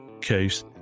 case